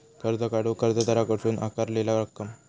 कर्ज काढूक कर्जदाराकडसून आकारलेला रक्कम